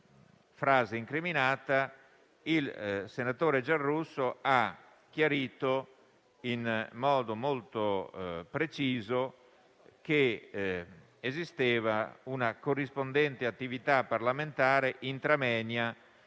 frase incriminata, il senatore Giarrusso ha chiarito in modo molto preciso che esisteva una corrispondente attività parlamentare *intra moenia*